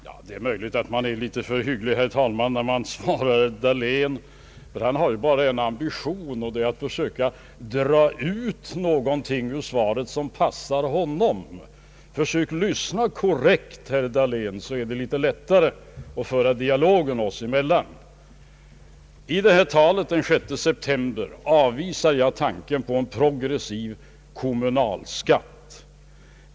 Herr talman! Det är möjligt att man är litet för hygglig, när man svarar herr Dahlén, ty han har ju bara en ambition, nämligen att försöka dra ut någonting ur svaret som passar honom. Försök lyssna korrekt herr Dahlén, så är det litet lättare att föra en dialog oss emellan. I mitt tal den 6 september avvisade jag tanken på en progressiv kommunalskatt.